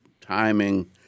timing